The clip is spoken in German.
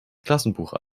klassenbuch